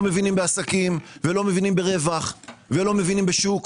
מבינים בעסקים ולא מבינים ברווח ולא מבינים בשוק.